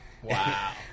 Wow